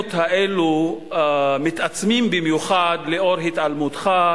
והדילמות האלו מתעצמים במיוחד לאור התעלמותך,